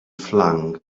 flung